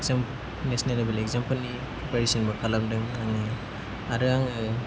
जों national level एकजामफोरनि प्रिपेरेसनबो खालामदों आङो आरो आङो